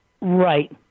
Right